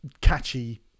catchy